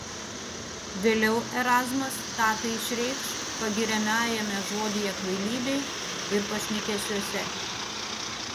vėliau erazmas tatai išreikš pagiriamajame žodyje kvailybei ir pašnekesiuose